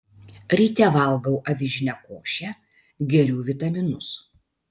ryte valgau avižinę košę geriu vitaminus